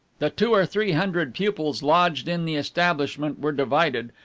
the two or three hundred pupils lodged in the establishment were divided,